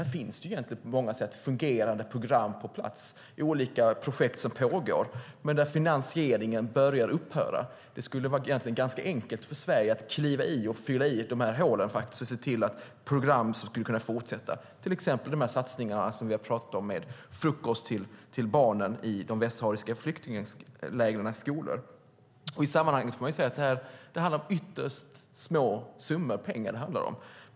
Det finns egentligen på många sätt fungerande program på plats, olika projekt som pågår men där finansieringen börjar upphöra. Det skulle vara ganska enkelt för Sverige att kliva in och fylla i de hålen och se till att program skulle kunna fortsätta, till exempel de satsningar som vi har pratat om med frukost till barnen i skolorna i de västsahariska flyktinglägren. Det handlar om i sammanhanget ytterst små summor.